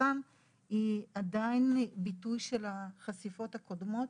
סרטן היא עדיין ביטוי של החשיפות הקודמות.